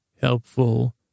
helpful